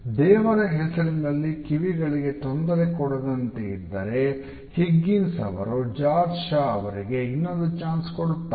ದೇವರ ಹೆಸರಿನಲ್ಲಿ ಕಿವಿಗಳಿಗೆ ತೊಂದರೆಕೊಡದಂತೆ ಇದ್ದರೆ ಹಿಗ್ಗಿನ್ಸ್ ಅವರು ಜಾರ್ಜ್ ಶಾ ಅವರಿಗೆ ಇನ್ನೊಂದು ಚಾನ್ಸ್ ಕೊಡುತ್ತಾರೆ